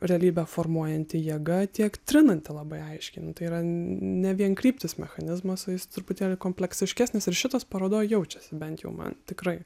realybę formuojanti jėga tiek trinanti labai aiškiai nu tai yra ne vienkryptis mechanizmas o jis truputėlį kompleksiškesnis ir šitas parodoj jaučiasi bent jau man tikrai